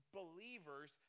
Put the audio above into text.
believers